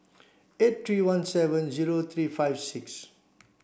eight three one seven zero three five six